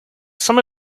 some